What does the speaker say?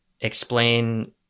explain